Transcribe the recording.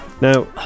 now